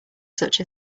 such